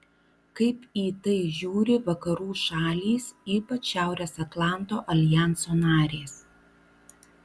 kaip į tai žiūri vakarų šalys ypač šiaurės atlanto aljanso narės